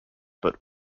but